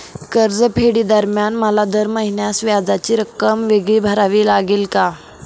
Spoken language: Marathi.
कर्जफेडीदरम्यान मला दर महिन्यास व्याजाची रक्कम वेगळी भरावी लागेल का?